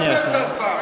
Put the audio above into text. אנחנו באמצע ההצבעה.